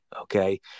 Okay